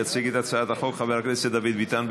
יציג את הצעת החוק חבר הכנסת דוד ביטן.